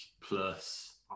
plus